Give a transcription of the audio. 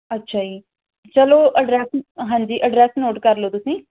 ਅੱਛਾ ਜੀ ਚਲੋ ਐਡਰੈਸ ਹਾਂਜੀ ਐਡਰੈਸ ਨੋਟ ਕਰ ਲਓ ਤੁਸੀਂ